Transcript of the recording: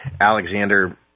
Alexander